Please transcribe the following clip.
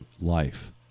life